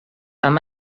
amb